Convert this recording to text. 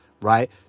right